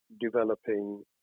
developing